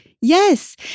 Yes